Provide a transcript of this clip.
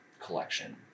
collection